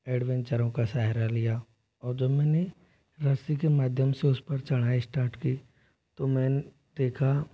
एडवेंचरों का सहारा लिया और जब मैंने रस्सी के माध्यम से उस पर चढ़ाई स्टार्ट की तो मैंने देखा